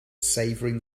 savouring